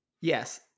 Yes